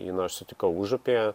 iną aš sutikau užupyje